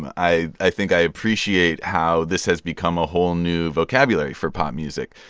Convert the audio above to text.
and i i think i appreciate how this has become a whole new vocabulary for pop music.